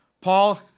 paul